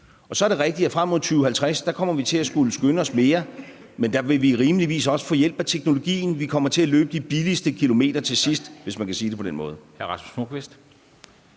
Så er det rigtigt, at vi frem mod 2050 kommer til at skulle skynde os mere, men der vil vi rimeligvis også få hjælp af teknologien. Vi kommer til at løbe de billigste kilometer til sidst, hvis man kan sige det på den måde.